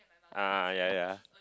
ah ya ya